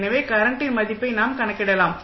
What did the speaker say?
எனவே கரண்டின் மதிப்பை நாம் கணக்கிடலாம்